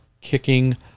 kicking